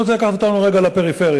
אני רוצה לקחת אותנו רגע לפריפריה.